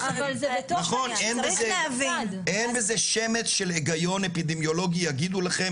אין בזה שמץ של היגיון אפידמיולוגי יגידו לכם